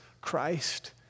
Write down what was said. Christ